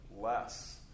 less